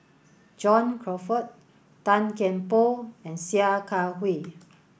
John Crawfurd Tan Kian Por and Sia Kah Hui